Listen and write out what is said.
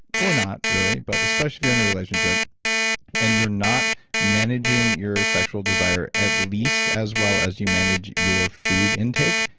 or not, really. but especially if you're in a relationship and you're not managing your sexual desire at least as well as you manage your food intake,